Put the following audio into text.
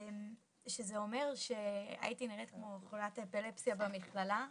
שזה אומר שהייתי נראית כמו חולת אפילפסיה במכללה.